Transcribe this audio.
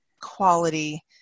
quality